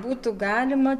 būtų galima